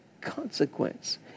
consequence